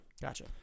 Gotcha